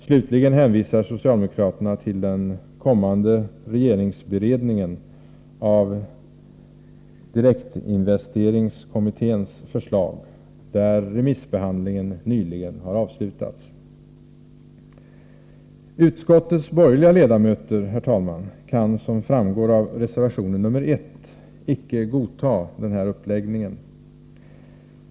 Slutligen hänvisar socialdemokraterna till den kommande regeringsberedningen av direktinvesteringskommitténs förslag, där remissbehandlingen nyligen har avslutats. Herr talman! Utskottets borgerliga ledamöter kan, som framgår av reservation nr 1, icke godta denna uppläggning.